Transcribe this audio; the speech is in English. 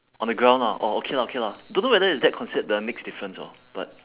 on the ground ah orh okay lah okay lah don't know whether is that considered the next difference hor but